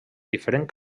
diferent